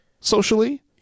socially